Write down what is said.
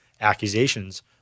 accusations